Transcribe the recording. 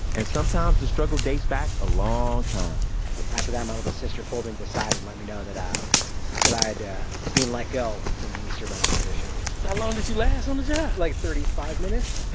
and sometimes the struggle dates back a long time after that, my little sister pulled me aside and let me know that i that i and was being let go from the easter bunny position how long did you last on the job? like thirty five minutes,